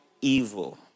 evil